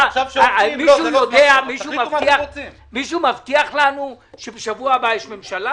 מישהו מבטיח לנו שבשבוע הבא תהיה ממשלה?